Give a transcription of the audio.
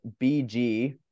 BG